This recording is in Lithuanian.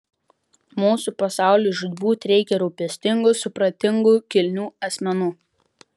mūsų pasauliui žūtbūt reikia rūpestingų supratingų kilnių asmenų